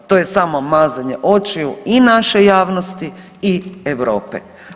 To je samo mazanje očiju i naše javnosti i Europe.